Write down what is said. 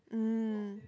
mm